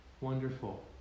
wonderful